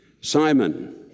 Simon